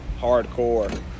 hardcore